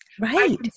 Right